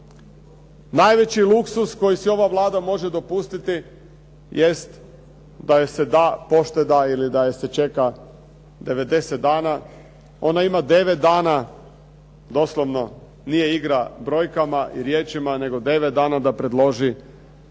Najveći luksuz koji si ova Vlada može dopustiti jest da joj se da pošteda ili da je se čeka 90 dana. Ona ima 9 dana, doslovno nije igra brojkama ili riječima, nego 9 dana da predloži